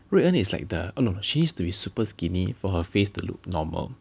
Rui En is like the oh no no she needs to be super skinny for her face to look normal